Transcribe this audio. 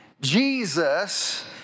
Jesus